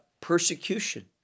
persecution